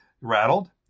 rattled